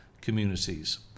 communities